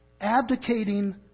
Abdicating